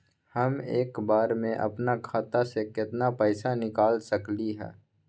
हम एक बार में अपना खाता से केतना पैसा निकाल सकली ह?